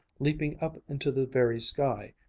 leaping up into the very sky,